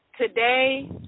today